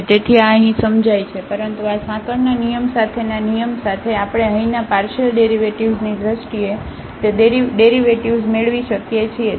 તેથી આ અહીં સમજાય છે પરંતુ આ સાંકળના નિયમ સાથેના નિયમ સાથે આપણે અહીંના પાર્શિયલ ડેરિવેટિવ્ઝની દ્રષ્ટિએ તે ડેરિવેટિવ્ઝ મેળવી શકીએ છીએ